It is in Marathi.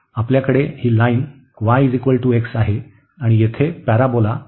आपल्याकडे ही लाईन yx आहे आणि येथे पॅराबोला आहे